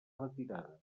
retirada